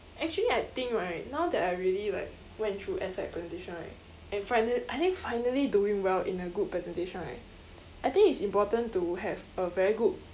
actually I think right now that I really like went through presentation right and finally I think finally doing well in a group presentation right I think it is important to have a very good